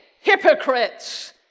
hypocrites